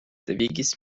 devigis